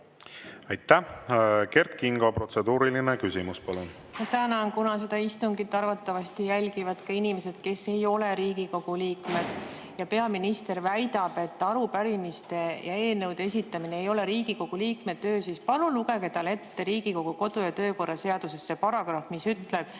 Aitäh! Kert Kingo, protseduuriline küsimus, palun! Tänan. Kuna seda istungit arvatavasti jälgivad ka inimesed, kes ei ole Riigikogu liikmed, ja peaminister väidab, et arupärimiste ja eelnõude esitamine ei ole Riigikogu liikme töö, siis palun lugege talle ette Riigikogu kodu‑ ja töökorra seaduses see paragrahv, mis ütleb